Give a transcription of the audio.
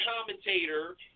commentator